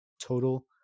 total